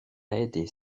aider